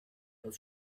aus